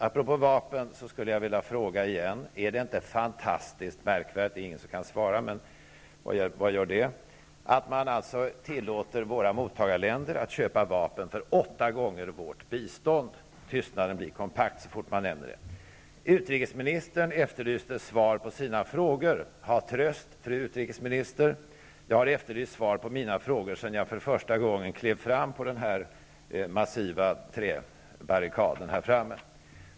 Apropå vapen vill jag på nytt fråga: Är det inte fantastiskt märkvärdigt -- det är i och för sig ingen som nu kan svara i debatten, men vad gör det -- att man tillåter våra mottagarländer att köpa vapen för åtta gånger vårt bistånd? Tystnaden blir kompakt så fort man nämner det. Utrikesministern efterlyste svar på sina frågor. Hav tröst, fru utrikesminister! Jag har efterlyst svar på mina frågor sedan jag för första gången klev fram på den massiva träbarrikaden här framme.